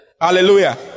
Hallelujah